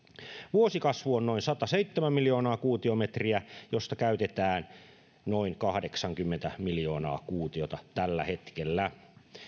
vuosikasvu on noin sataseitsemän miljoonaa kuutiometriä josta käytetään noin kahdeksankymmentä miljoonaa kuutiota tällä hetkellä